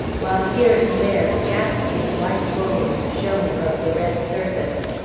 while here and there ghastly white bones shone above the red surface.